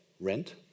rent